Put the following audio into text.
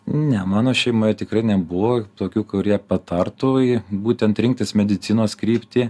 ne mano šeimoje tikrai nebuvo tokių kurie patartų jį būtent rinktis medicinos kryptį